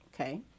Okay